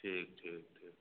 ठीक ठीक ठीक